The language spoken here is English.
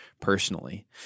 personally